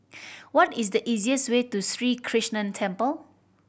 what is the easiest way to Sri Krishnan Temple